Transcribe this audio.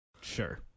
sure